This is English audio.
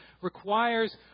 requires